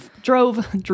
drove